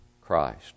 Christ